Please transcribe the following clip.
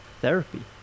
therapy